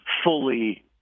fully